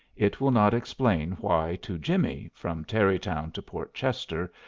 it will not explain why to jimmie, from tarrytown to port chester,